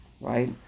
right